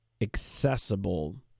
accessible